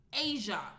Asia